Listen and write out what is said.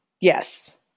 Yes